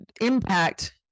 impact